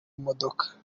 modoka